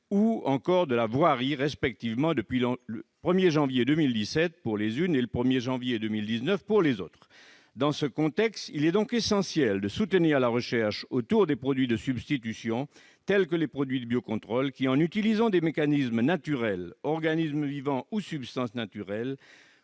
ou encore de la voirie, respectivement depuis le 1 janvier 2017 pour les unes et du 1 janvier 2019 pour les autres. Dans ce contexte, il est donc essentiel de soutenir la recherche autour des produits de substitution, tels que les produits de biocontrôle, qui, en utilisant des mécanismes naturels- organismes vivants ou substances naturelles